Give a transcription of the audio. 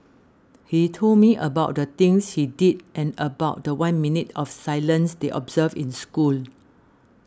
he told me about the things he did and about the one minute of silence they observed in school